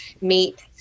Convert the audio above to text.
meet